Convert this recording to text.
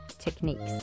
techniques